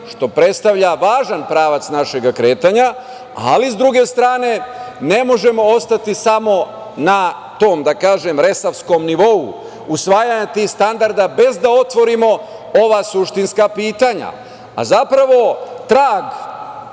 što predstavlja važan pravac našega kretanja, ali sa druge strane, ne možemo ostati samo na tom, da kažem resavskom nivou, usvajanjem tih standarda bez da otvorimo ova suštinska pitanja. Zapravo, trag